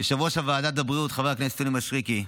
יושב-ראש ועדת הבריאות חבר הכנסת יוני מישרקי,